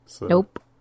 Nope